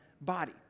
body